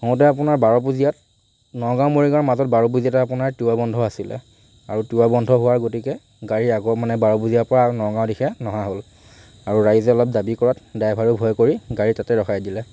হওঁতে আপোনাৰ বাৰপূজীয়াত নগাঁও মৰিগাঁৱৰ মাজত বাৰপূজীয়াতে আপোনাৰ তিৱা বন্ধ আছিলে আৰু তিৱা বন্ধ হোৱাৰ গতিকে গাড়ী আগুৱাব মানে বাৰপূজীয়াৰ পৰা আৰু নগাঁৱৰ দিশে নহা হ'ল আৰু ৰাইজে অলপ দাবী কৰাত ড্ৰাইভাৰেও ভয় কৰি গাড়ী তাতে ৰখাই দিলে